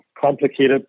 complicated